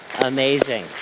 Amazing